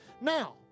Now